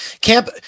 Camp